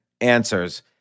answers